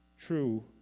true